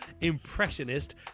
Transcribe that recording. impressionist